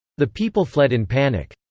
the people fled in panic.